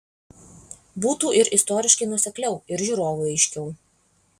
būtų ir istoriškai nuosekliau ir žiūrovui aiškiau